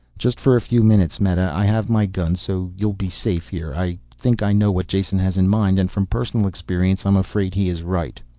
just for a few minutes, meta. i have my gun so you will be safe here. i think i know what jason has in mind, and from personal experience i'm afraid he is right.